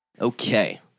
Okay